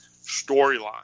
storyline